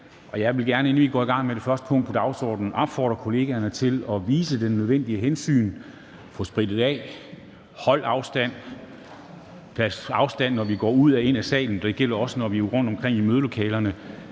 Jeg vil gerne, inden vi går i gang med det første punkt på dagsordenen, opfordre kollegaerne til at vise det nødvendige hensyn, få sprittet af og holde afstand, også når vi går ud og ind af salen – og det gælder også, når vi er i mødelokalerne